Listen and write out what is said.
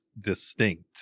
distinct